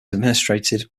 administered